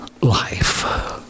life